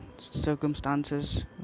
circumstances